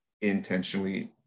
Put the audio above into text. intentionally